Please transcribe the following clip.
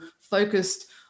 focused